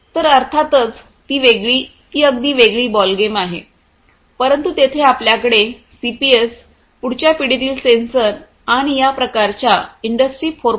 तर अर्थातच ती अगदी वेगळी बॉलगेम आहे परंतु येथे आपल्याकडे सीपीएस पुढच्या पिढीतील सेन्सर आणि या प्रकारच्या इंडस्ट्री 4